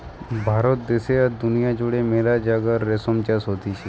ভারত দ্যাশে আর দুনিয়া জুড়ে মেলা জাগায় রেশম চাষ হতিছে